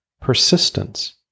persistence